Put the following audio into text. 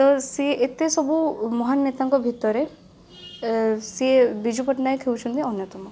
ତ ସିଏ ଏତେ ସବୁ ମହାନ ନେତାଙ୍କ ଭିତରେ ଅ ସିଏ ବିଜୁ ପଟ୍ଟନାୟକ ହେଉଛନ୍ତି ଅନ୍ୟତମ